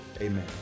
Amen